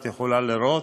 את יכולה לעיין.